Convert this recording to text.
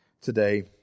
today